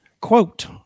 Quote